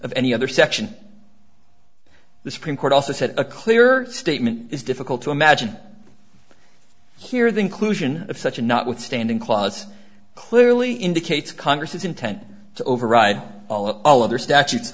of any other section of the supreme court also said a clear statement is difficult to imagine here the inclusion of such a notwithstanding clause clearly indicates congress's intent to override all other statutes